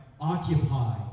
Occupy